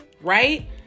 right